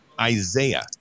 Isaiah